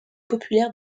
populaire